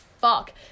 fuck